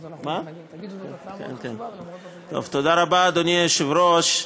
תודה רבה, אדוני היושב-ראש,